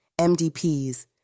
MDPs